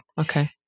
Okay